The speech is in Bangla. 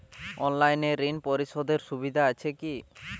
অনলাইনে ঋণ পরিশধের সুবিধা আছে কি?